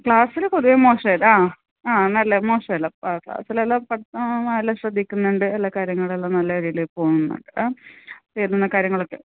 ക്ലാസ്സിൽ പൊതുവേ മോശമല്ല ആ ആ നല്ല മോശമല്ല ക്ലാസിലെല്ലാ ആ ആ എല്ലാ ശ്രദ്ധിക്കുന്നുണ്ട് എല്ലാ കാര്യങ്ങളെല്ലാം നല്ല രീതിയിൽ പോവുന്നുണ്ട് ആ വരുന്ന കാര്യങ്ങളൊക്കെ